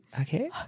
Okay